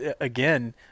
again